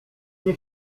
nie